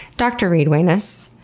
dr. reid wainess,